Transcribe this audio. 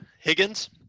Higgins